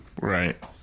Right